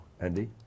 Andy